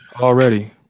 already